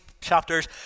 chapters